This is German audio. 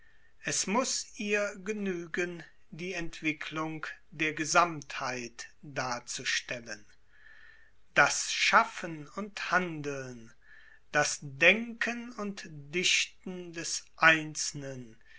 es muss ihr genuegen die entwicklung der gesamtheit darzustellen das schaffen und handeln das denken und dichten des einzelnen